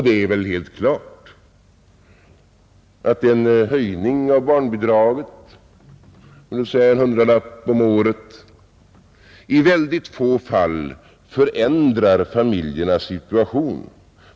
Det är väl helt klart att en höjning av barnbidraget med låt oss säga en hundralapp om året i väldigt få fall förändrar familjernas situation.